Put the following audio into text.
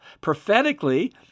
Prophetically